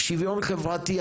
שוויון חברתי,